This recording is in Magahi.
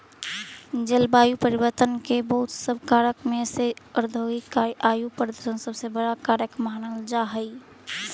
जलवायु परिवर्तन के बहुत सब कारक में से औद्योगिकीकरण आउ प्रदूषण सबसे बड़ा कारक मानल जा हई